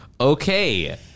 Okay